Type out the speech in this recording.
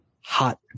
hot